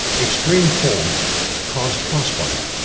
extreme cold caused frostbite.